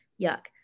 yuck